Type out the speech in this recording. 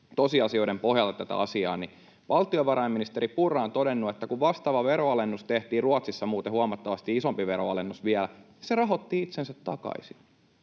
tosiasioiden pohjalta tätä asiaa, niin valtiovarainministeri Purra on todennut, että kun vastaava veronalennus tehtiin Ruotsissa, ja muuten huomattavasti isompi veronalennus vielä, se rahoitti itsensä takaisin